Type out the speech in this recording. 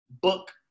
book